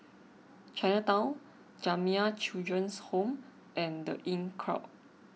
Chinatown Jamiyah Children's Home and the Inncrowd